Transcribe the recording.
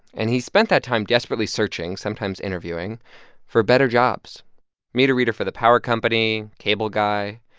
and he spent that time desperately searching, sometimes interviewing for better jobs meter reader for the power company, cable guy.